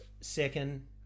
Second